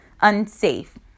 unsafe